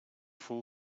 full